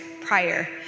prior